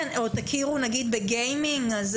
תכירו בגיימינג נגיד,